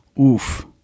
Oof